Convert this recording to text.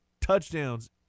touchdowns